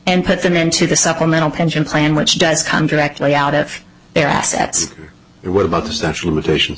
and put them into the supplemental pension plan which does come directly out of their assets what about the special